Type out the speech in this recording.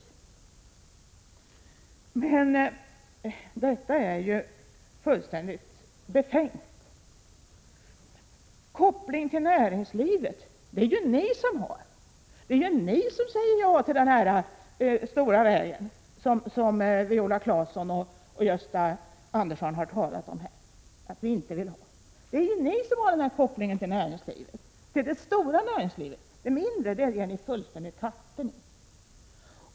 1986/87:122 «Men detta är ju fullständigt befängt. Koppling till näringslivet är det ju ni som har. Det är ju ni som säger ja till den här stora vägen som Viola Claesson och Gösta Andersson har talat om att vi inte vill ha. Det är ni som har kopplingen till det stora näringslivet — det mindre ger ni fulls.ändigt katten i.